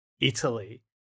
Italy